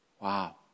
Wow